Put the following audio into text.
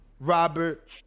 Robert